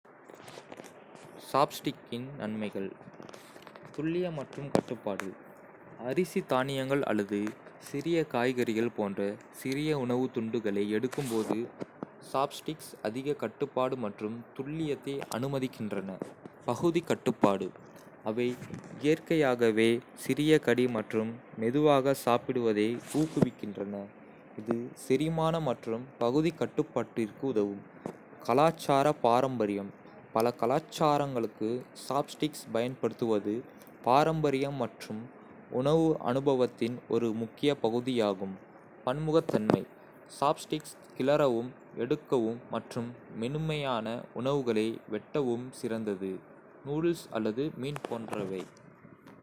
சாப்ஸ்டிக்ஸின் நன்மைகள். துல்லியம் மற்றும் கட்டுப்பாடு அரிசி தானியங்கள் அல்லது சிறிய காய்கறிகள் போன்ற சிறிய உணவுத் துண்டுகளை எடுக்கும்போது சாப்ஸ்டிக்ஸ் அதிக கட்டுப்பாடு மற்றும் துல்லியத்தை அனுமதிக்கின்றன. பகுதி கட்டுப்பாடு அவை இயற்கையாகவே சிறிய கடி மற்றும் மெதுவாக சாப்பிடுவதை ஊக்குவிக்கின்றன, இது செரிமானம் மற்றும் பகுதி கட்டுப்பாட்டிற்கு உதவும். கலாச்சார பாரம்பரியம் பல கலாச்சாரங்களுக்கு, சாப்ஸ்டிக்ஸ் பயன்படுத்துவது பாரம்பரியம் மற்றும் உணவு அனுபவத்தின் ஒரு முக்கிய பகுதியாகும். பன்முகத்தன்மை சாப்ஸ்டிக்ஸ் கிளறவும், எடுக்கவும் மற்றும் மென்மையான உணவுகளை வெட்டவும் சிறந்தது நூடுல்ஸ் அல்லது மீன் போன்றவை.